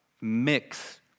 mix